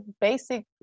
basic